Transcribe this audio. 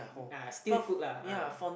ah still cook lah ah